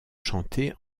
chantée